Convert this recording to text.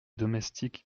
domestiques